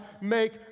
make